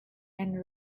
and